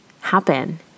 happen